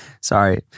sorry